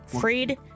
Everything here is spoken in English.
Freed